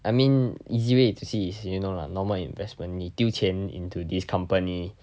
I mean easy way to see is you know lah normal investment 你丢钱 into this company